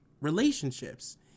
relationships